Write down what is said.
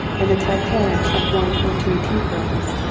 and the taipans of one or two tea firms.